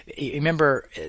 remember